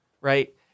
right